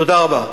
תודה רבה.